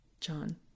John